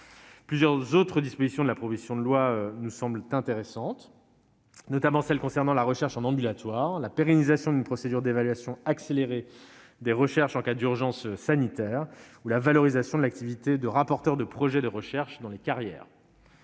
Plusieurs autres dispositions figurant dans cette proposition de loi nous semblent intéressantes, notamment celles qui portent sur la recherche en ambulatoire, la pérennisation d'une procédure d'évaluation accélérée des recherches en cas d'urgence sanitaire ou la valorisation de l'activité de rapporteur de projets de recherche dans les carrières.